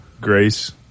grace